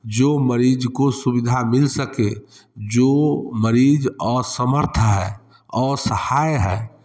जो मरीज को सुविधा मिल सके जो मरीज असमर्थ है और असहाय है